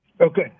Okay